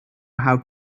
how